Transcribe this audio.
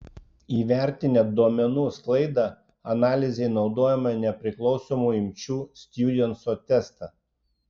įvertinę duomenų sklaidą analizei naudojome nepriklausomų imčių stjudento testą